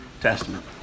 Testament